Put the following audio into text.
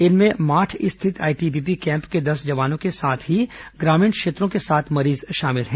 इनमें माठ स्थित आईटीबीपी कैम्प के दस जवानों के साथ ही ग्रामीण क्षेत्रों के सात मरीज शामिल हैं